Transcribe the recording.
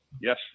Yes